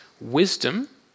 wisdom